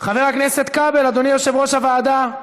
חבר הכנסת כבל, אדוני יושב-ראש הוועדה.